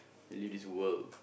you leave this world